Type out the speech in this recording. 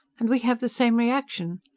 and we have the same reaction!